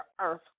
earth